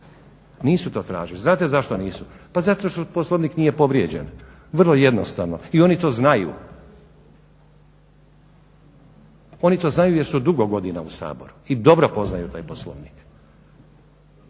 nisu to tražili. Znate zato nisu? Pa zato što Poslovnik nije povrijeđen vrlo jednostavno i oni to znaju, oni to znaju jer su dugo godina u Saboru i dobro poznaju taj Poslovnik,